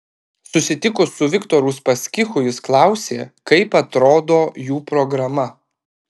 susitikus su viktoru uspaskichu jis klausė kaip atrodo jų programa